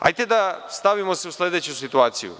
Hajde da se stavimo u sledeću situaciju.